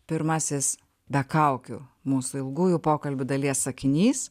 pirmasis be kaukių mūsų ilgųjų pokalbių dalies sakinys